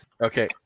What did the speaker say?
Okay